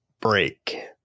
Break